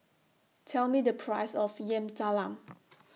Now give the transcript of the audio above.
Tell Me The Price of Yam Talam